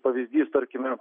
pavyzdys tarkime